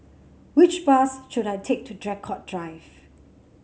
which bus should I take to Draycott Drive